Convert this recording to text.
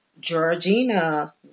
Georgina